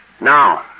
Now